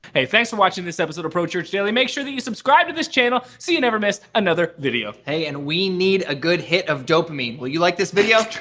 hey thanks for watching this episode of pro church daily. make sure that you subscribe to this channel so you never miss another video. hey and we need a good hit of dopamine. will you like this video?